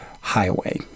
highway